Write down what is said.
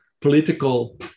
political